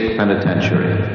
penitentiary